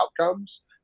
outcomes